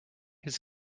his